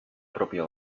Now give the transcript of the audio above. propia